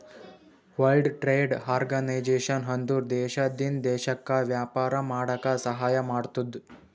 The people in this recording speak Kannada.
ವರ್ಲ್ಡ್ ಟ್ರೇಡ್ ಆರ್ಗನೈಜೇಷನ್ ಅಂದುರ್ ದೇಶದಿಂದ್ ದೇಶಕ್ಕ ವ್ಯಾಪಾರ ಮಾಡಾಕ ಸಹಾಯ ಮಾಡ್ತುದ್